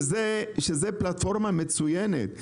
וזאת פלטפורמה מצוינת.